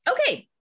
okay